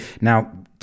now